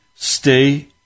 Stay